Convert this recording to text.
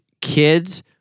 kids